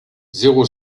zéro